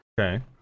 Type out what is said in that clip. Okay